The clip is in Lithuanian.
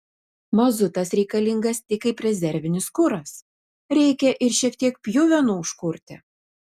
mazutas reikalingas tik kaip rezervinis kuras reikia ir šiek tiek pjuvenų užkurti